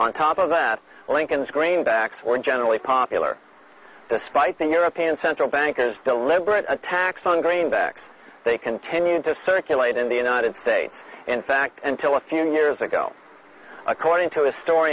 on top of that lincoln's greenbacks were generally popular the spy thing european central bank is deliberate attacks on greenbacks they continue to circulate in the united states in fact and till a few years ago according to a stor